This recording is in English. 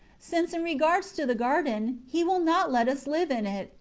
since, in regards to the garden, he will not let us live in it,